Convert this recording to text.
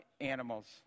animals